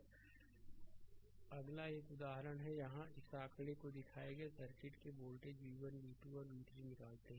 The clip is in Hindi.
स्लाइड समय देखें 0534 अगला एक और उदाहरण है यहां इस आंकड़े में दिखाए गए सर्किट के वोल्टेज v1 v2 और v3 निकालते हैं